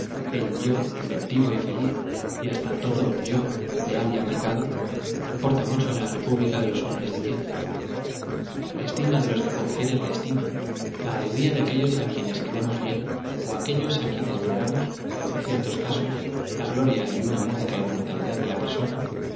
o inventivo y fe liz y hasta todo y o leal y aplicadoi importa mucho en la república de los hombrea de ciencia la estima de los que confieren la estima la alegría de aquellos á quie nes queremos bien ó de aquellos á quienes v en era mos en ciertos casos la gloria y una módica inm or talidad de la persona